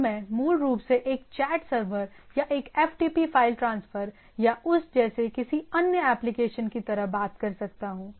अब मैं मूल रूप से एक चैट सर्वर या एक एफटीपी फ़ाइल ट्रांसफर या उस जैसे किसी अन्य एप्लिकेशन की तरह बात कर सकता हूं